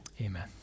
Amen